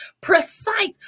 precise